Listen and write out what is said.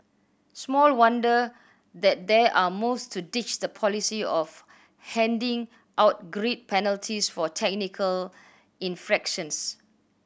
small wonder that there are moves to ditch the policy of handing out grid penalties for technical infractions